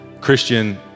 Christian